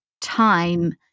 time